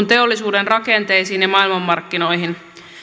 teollisuuden rakenteisiin ja maailmanmarkkinoihin